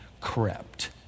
crept